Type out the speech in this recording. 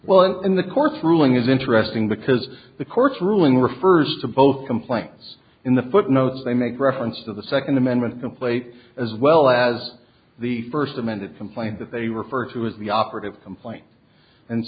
well in the court's ruling is interesting because the court's ruling refers to both complaints in the footnotes they make reference to the second amendment plate as well as the first amended complaint that they refer to is the operative complaint and